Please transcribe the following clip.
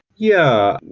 yeah.